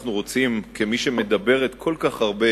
כמי שמדברת כל כך הרבה